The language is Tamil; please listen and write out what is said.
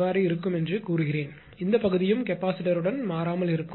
மாறாமல் இருக்கும் என்று கூறுகிறேன் இந்த பகுதியும் கெபாசிட்டருடன் மாறாமல் இருக்கும்